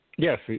Yes